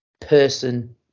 person